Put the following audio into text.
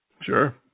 Sure